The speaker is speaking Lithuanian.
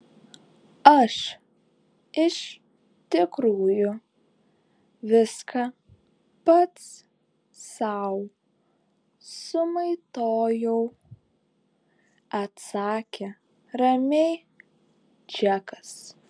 aš iš tikrųjų viską pats sau sumaitojau atsakė ramiai džekas